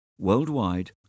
Worldwide